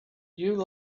you